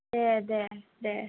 दे दे दे